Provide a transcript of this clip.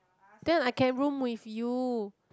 then I can room with you